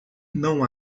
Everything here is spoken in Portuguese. não